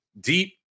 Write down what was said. deep